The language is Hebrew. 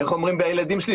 איך אומרים הילדים שלי?